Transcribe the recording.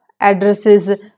addresses